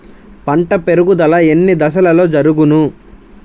పంట పెరుగుదల ఎన్ని దశలలో జరుగును?